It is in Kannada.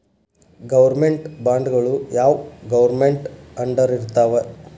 ಗೌರ್ಮೆನ್ಟ್ ಬಾಂಡ್ಗಳು ಯಾವ್ ಗೌರ್ಮೆನ್ಟ್ ಅಂಡರಿರ್ತಾವ?